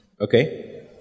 Okay